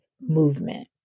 movement